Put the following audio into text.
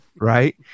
right